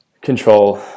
control